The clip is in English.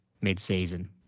mid-season